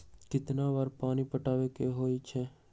कितना बार पानी पटावे के होई छाई?